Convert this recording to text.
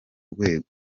rwego